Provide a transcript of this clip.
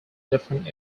different